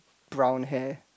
brown hair